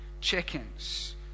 chickens